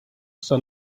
sun